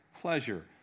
pleasure